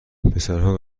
پسرها